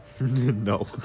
No